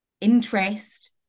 interest